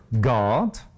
God